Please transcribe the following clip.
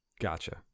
Gotcha